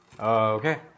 Okay